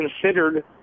considered